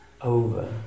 over